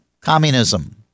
communism